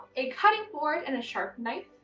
a cutting board and a sharp knife,